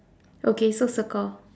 okay so circle